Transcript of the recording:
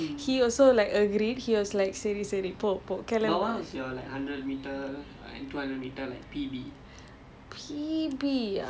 so after the four hundred was a huge fail he also like agreed he was like சரி சரி போ போ கிளம்பு:sari sari po po kilambu